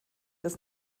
dass